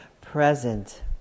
present